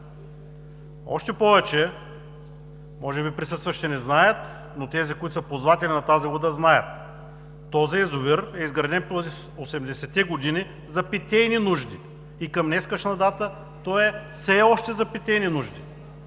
Още повече, може би присъстващите не знаят, но тези, които са ползватели на тази вода, знаят, че този язовир е изграден през 80-те години за питейни нужди и към днешна дата той е все още за питейни нужди,